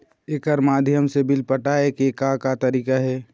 एकर माध्यम से बिल पटाए के का का तरीका हे?